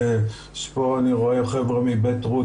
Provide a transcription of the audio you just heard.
יש פה אני רואה חברה מ"בית רות",